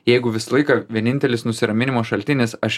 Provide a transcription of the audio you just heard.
jeigu visą laiką vienintelis nusiraminimo šaltinis aš